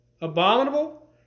abominable